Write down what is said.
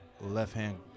left-hand